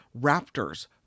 raptors